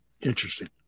Interesting